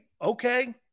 Okay